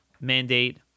mandate